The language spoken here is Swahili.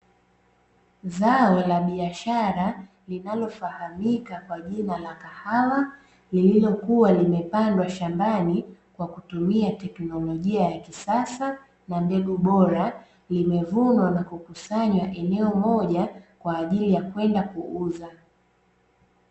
Zao la biashara linalofahamika kwa jina la kahawa, lililokuwa limepandwa shambani kwa kutumia teknolojia ya kisasa na mbegu bora. Limevunwa na kukusanywa eneo moja kwa ajili ya kwenda kuuza